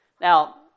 Now